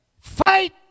Fight